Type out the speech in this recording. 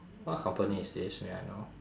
what company is this may I know